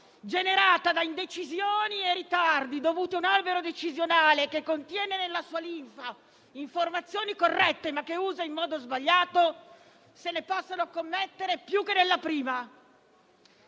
generata da indecisioni e ritardi dovuti ad un albero decisionale che contiene nella sua linfa informazioni corrette, ma che usa in modo sbagliato, se ne possano commettere più che nella prima.